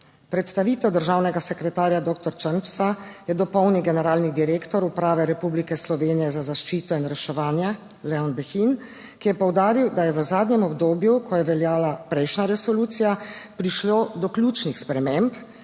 Predstavitev državnega sekretarja dr. Črnčeca je dopolnil generalni direktor Uprave Republike Slovenije za zaščito in reševanje Leon Behin, ki je poudaril, da je v zadnjem obdobju, ko je veljala prejšnja resolucija, prišlo do ključnih sprememb